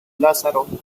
lázaro